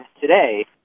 today